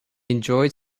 enjoyed